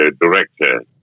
director